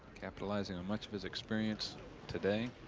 capitalizing on much of his experience today.